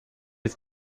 ist